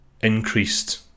increased